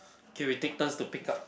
K we take turns to pick up